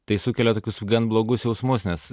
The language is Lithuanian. tai sukelia tokius gan blogus jausmus nes